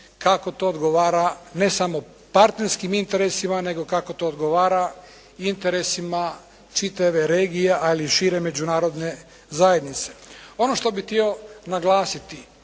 kako to odgovara ne samo partnerskim interesima, nego kako to odgovara interesima čitave regije ali i šire međunarodne zajednice. Ono što bih htio naglasiti